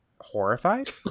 horrified